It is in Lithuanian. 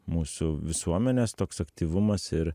mūsų visuomenės toks aktyvumas ir